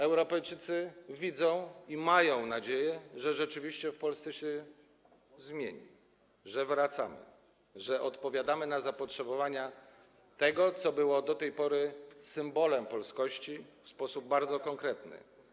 Europejczycy to widzą i mają nadzieję, że rzeczywiście w Polsce się zmieni, że wracamy, że odpowiadamy na zapotrzebowania w zakresie tego, co było do tej pory symbolem polskości w sposób bardzo konkretny.